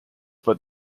but